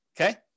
Okay